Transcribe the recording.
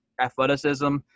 athleticism